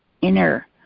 inner